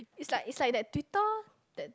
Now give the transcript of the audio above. is like is like the Twitter that